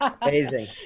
amazing